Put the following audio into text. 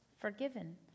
forgiven